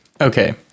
Okay